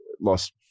lost